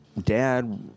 dad